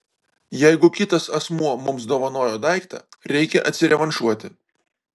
jeigu kitas asmuo mums dovanojo daiktą reikia atsirevanšuoti